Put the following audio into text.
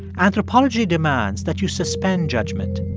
anthropology demands that you suspend judgment,